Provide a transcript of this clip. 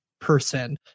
person